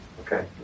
Okay